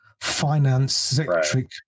finance-centric